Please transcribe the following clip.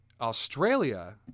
Australia